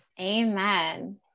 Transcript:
Amen